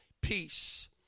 peace